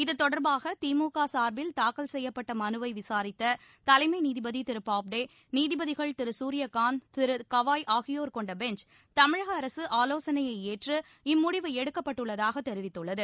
இதுதொடர்பாக திமுக சார்பில் தாக்கல் செய்யப்பட்ட மனுவை விசாரித்த தலைமை நீதிபதி திரு பாப்டே நீதிபதிகள் திரு சூரியகாந்த் திரு கவாய் ஆகியோர் கொண்ட பெஞ்ச் தமிழக அரசு ஆலோசனையை ஏற்று இம்முடிவு எடுக்கப்பட்டுள்ளதாக தெரிவித்துள்ளது